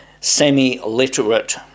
semi-literate